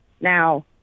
Now